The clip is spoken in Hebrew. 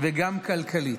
וגם כלכלית.